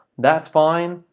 that's fine.